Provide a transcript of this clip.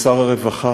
ושר הרווחה,